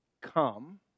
come